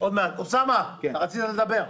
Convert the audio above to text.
אוסאמה, רצית לדבר?